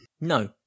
No